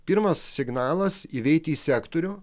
pirmas signalas įeiti į sektorių